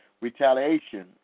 retaliation